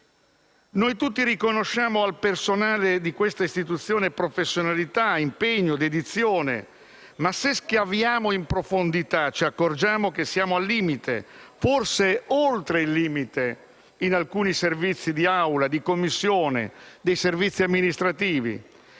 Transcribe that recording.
Noi tutti riconosciamo al personale di quest'Istituzione professionalità, impegno e dedizione, ma se scaviamo in profondità ci accorgiamo che siamo al limite, forse anche oltre, in alcuni servizi di Assemblea e di Commissione, nonché nei servizi amministrativi.